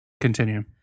continue